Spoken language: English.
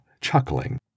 chuckling